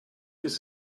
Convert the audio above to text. ist